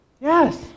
Yes